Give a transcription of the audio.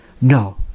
No